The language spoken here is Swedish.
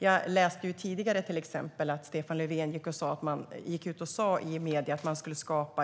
Jag läste till exempel tidigare att Stefan Löfven gick ut och sa i medierna att man skulle skapa